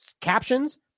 captions